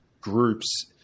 groups